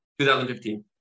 2015